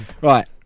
Right